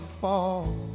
fall